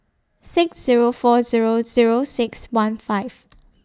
six Zero four Zero Zero six one five